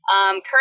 Currently